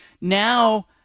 Now